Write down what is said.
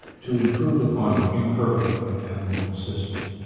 to improve upon an imperfect but admirable system.